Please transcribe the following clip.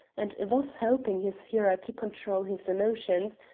and thus helping his hearer to control his emotions,